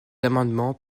amendement